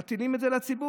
מטילים את זה על הציבור,